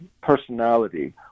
personality